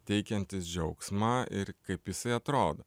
teikiantis džiaugsmą ir kaip jisai atrodo